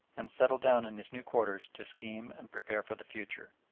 and settled down in his new quarters to scheme and prepare for the future.